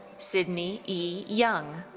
sydney e. young.